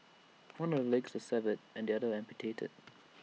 one of her legs severed and the other amputated